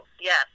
yes